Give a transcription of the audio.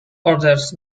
others